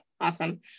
Awesome